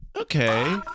Okay